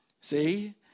See